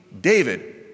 David